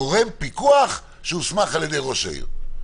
גורם פיקוח שהוסמך על ידי ראש העיר.